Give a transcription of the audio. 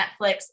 Netflix